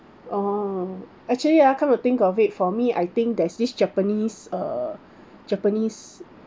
oh actually ah come to think of it for me I think there's this japanese uh japanese